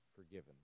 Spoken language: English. forgiven